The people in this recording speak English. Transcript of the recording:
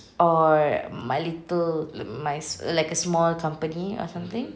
or my little my like a small company or something